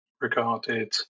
regarded